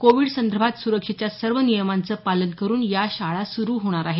Covid संदर्भात सुरक्षेच्या सर्व नियमांचं पालन करून या शाळा सुरू होणार आहेत